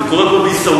זה קורה פה בעיסאוויה,